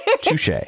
Touche